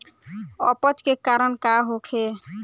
अपच के कारण का होखे?